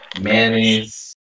mayonnaise